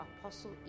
Apostle